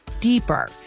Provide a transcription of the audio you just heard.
deeper